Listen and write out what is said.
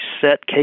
set